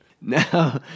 No